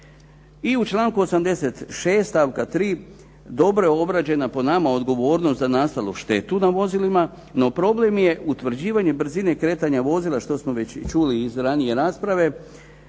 I u članku 86. stavka 3. dobro je obrađena po nama odgovornost za nastalu štetu na vozilima, no problem je utvrđivanje brzine kretanja vozila što smo već čuli iz ranije rasprave